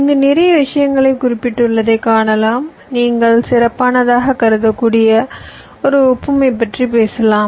இங்கு நிறைய விஷயங்களைக் குறிப்பிட்டுள்ளதை காணலாம் நீங்கள் சிறப்பானதாக கருதகூடிய ஒரு ஒப்புமை பற்றி பேசலாம்